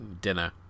dinner